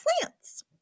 plants